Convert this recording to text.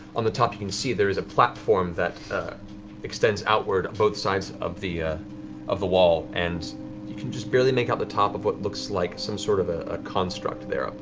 on the top you can see there is a platform that extends outward on both sides of the ah of the wall and you can just barely make out the top of what looks like some sort of ah ah construct there.